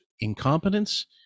incompetence